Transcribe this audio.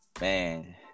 Man